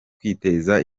kwiteza